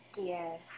Yes